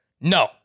No